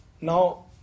now